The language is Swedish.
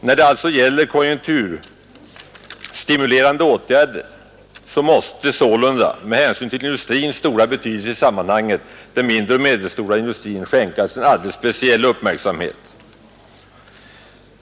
När det är fråga om konjunkturstimulerande åtgärder måste sålunda den mindre och medelstora industrin ägnas alldeles speciell uppmärksamhet.